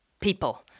people